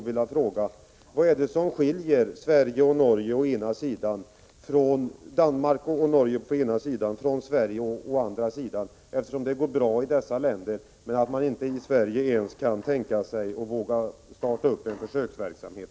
Vad är det som skiljer Danmark och Norge från Sverige, eftersom det går bra i dessa länder medan mani Sverige inte ens kan tänka sig att starta en försöksverksamhet?